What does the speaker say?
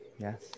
Yes